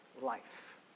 life